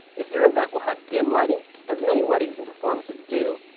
if your event will have dim lighting, as many weddings and performances do,